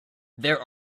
there